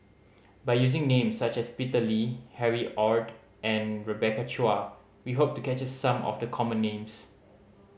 by using names such as Peter Lee Harry Ord and Rebecca Chua we hope to capture some of the common names